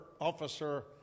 Officer